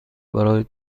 برای